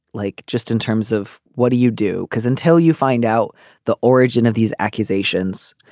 like just in terms of what do you do. because until you find out the origin of these accusations